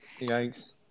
Yikes